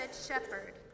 Shepherd